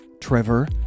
trevor